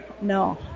No